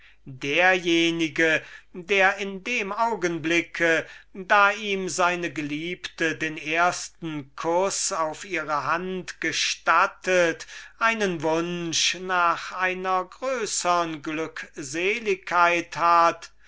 derjenige der in dem augenblick da ihm seine geliebte den ersten kuß auf ihre hand gestattet einen wunsch nach einer größern glückseligkeit hat